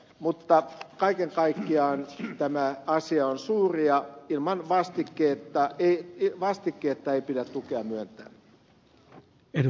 mutta kaiken kaikkiaan tämä asia on suuri ja vastikkeetta ei pidä tukea myöntää